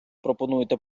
пропонуєте